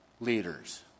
leaders